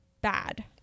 bad